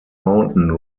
mountain